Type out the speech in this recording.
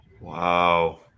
Wow